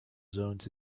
zones